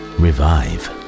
revive